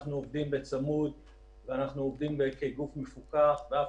אנחנו עובדים בצמוד כגוף מפוקח ואף